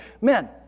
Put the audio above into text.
men